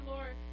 Lord